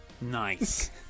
nice